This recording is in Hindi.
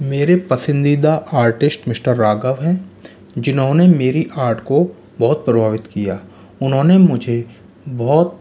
मेरे पसंदीदा आर्टिस्ट मिस्टर राघव हैं जिन्होंने मेरी आर्ट को बहुत प्रभावित किया उन्होंने मुझे बहुत